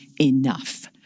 enough